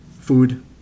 food